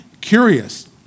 curious